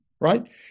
right